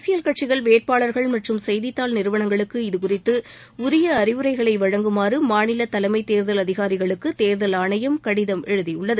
அரசியல் கட்சிகள் வேட்பாளர்கள் மற்றும் செய்தித்தாள் நிறுவனங்களுக்கு இதுகுறித்து உரிய அறிவுரைகளை வழங்குமாறு மாநில தலைமை தேர்தல் அதிகாரிகளுக்கு தேர்தல் ஆணையம் கடிதம் எழுதியுள்ளது